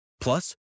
plus